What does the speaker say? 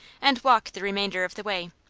and walk the remainder of the way.